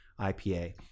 IPA